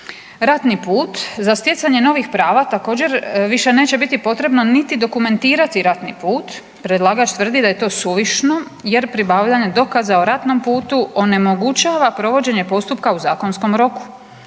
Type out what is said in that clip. Ratni put za stjecanje novih prava također više neće biti potrebno niti dokumentirati ratni put. Predlagač tvrdi da je to suvišno, jer pribavljanje dokaza o ratnom putu onemogućava provođenje postupka u zakonskom roku